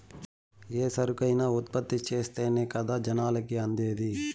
ఏ సరుకైనా ఉత్పత్తి చేస్తేనే కదా జనాలకి అందేది